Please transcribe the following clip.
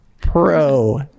pro